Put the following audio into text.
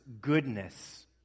goodness